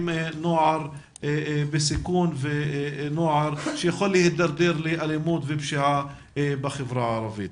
נוער בסיכון ונוער שיכול להידרדר לאלימות ופשיעה בחברה הערבית.